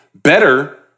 better